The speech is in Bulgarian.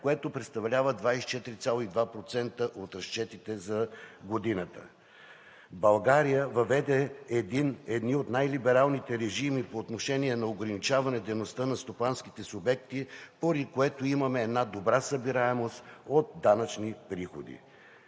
което представлява 24,2% от разчетите за годината. България въведе едни от най-либералните режими по отношение на ограничаване дейността на стопанските субекти, поради което имаме една добра събираемост от данъчни приходи.